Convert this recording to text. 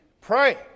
pray